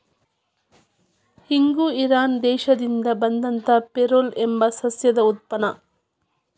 ಇಂಗು ಇರಾನ್ ದೇಶದಿಂದ ಬಂದಂತಾ ಫೆರುಲಾ ಎಂಬ ಸಸ್ಯದ ಉತ್ಪನ್ನ